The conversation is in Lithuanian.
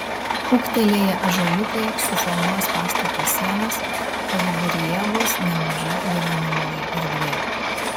ūgtelėję ąžuoliukai suformuos pastato sienas o viduryje bus nemaža gyvenamoji erdvė